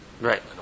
Right